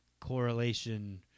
correlation